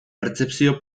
pertzepzio